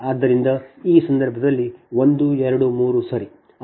ಆದ್ದರಿಂದ ಈ ಸಂದರ್ಭದಲ್ಲಿ ಇದು 1 2 3 ಸರಿ